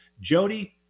Jody